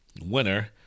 winner